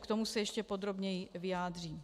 K tomu se ještě podrobněji vyjádřím.